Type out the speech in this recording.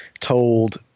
told